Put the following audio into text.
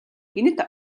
гэнэт